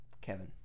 Kevin